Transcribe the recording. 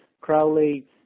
Crowley